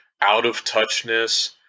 out-of-touchness